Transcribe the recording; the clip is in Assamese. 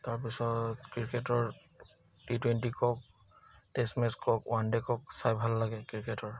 তাৰপিছত ক্ৰিকেটৰ টি টুৱেণ্টি কওক টেষ্ট মেচ কওক ওৱান ডে' কওক চাই ভাল লাগে ক্ৰিকেটৰ